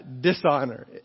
dishonor